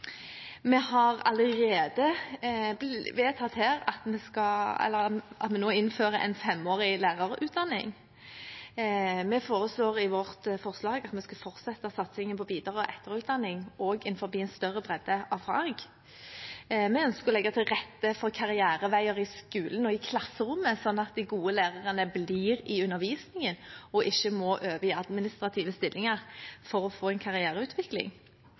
Vi har allerede vedtatt her at vi nå innfører en femårig lærerutdanning. Vi foreslår at vi skal fortsette satsingen på videre- og etterutdanning også innenfor en større bredde av fag. Vi ønsker å legge til rette for karriereveier i skolen og i klasserommet, slik at de gode lærerne blir i undervisningen og ikke må over i administrative stillinger for å få en karriereutvikling.